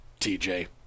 TJ